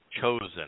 chosen